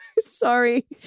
Sorry